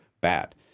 bad